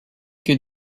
que